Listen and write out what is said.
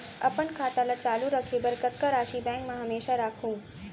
अपन खाता ल चालू रखे बर कतका राशि बैंक म हमेशा राखहूँ?